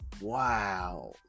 wow